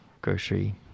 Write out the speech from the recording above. grocery